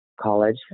college